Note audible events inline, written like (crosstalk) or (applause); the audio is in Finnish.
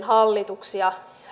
(unintelligible) hallituksia